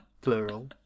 plural